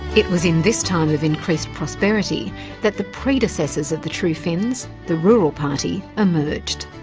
it was in this time of increased prosperity that the predecessors of the true finns, the rural party, emerged.